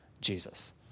Jesus